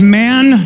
man